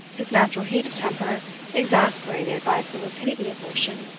his natural heat of temper exasperated by the rapidity of motion,